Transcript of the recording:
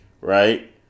Right